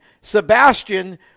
Sebastian